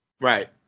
Right